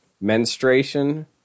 Menstruation